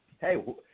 hey